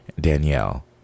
Danielle